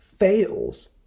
fails